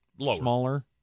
smaller